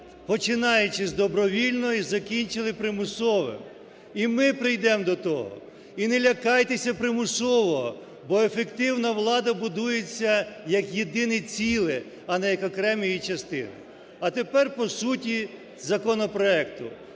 починаючи з добровільного і закінчили примусовим. І ми прийдемо до того. І не лякайтеся примусового, бо ефективна влада будується, як єдине ціле, а не як окремі її частини. А тепер по суті законопроекту.